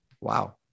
wow